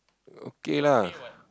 okay lah